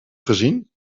gezien